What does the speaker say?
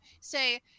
say